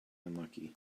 unlucky